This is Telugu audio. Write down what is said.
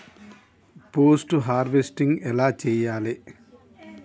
పోస్ట్ హార్వెస్టింగ్ ఎలా చెయ్యాలే?